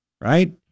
right